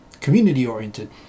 community-oriented